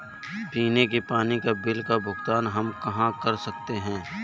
पीने के पानी का बिल का भुगतान हम कहाँ कर सकते हैं?